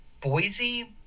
Boise